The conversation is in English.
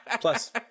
Plus